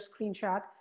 screenshot